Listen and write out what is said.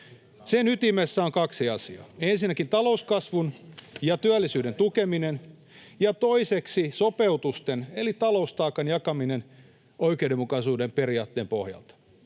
Sen ytimessä on kaksi asiaa: ensinnäkin talouskasvun ja työllisyyden tukeminen ja toiseksi sopeutusten eli taloustaakan jakaminen oikeudenmukaisuuden periaatteen pohjalta.